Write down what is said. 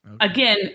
Again